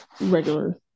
regular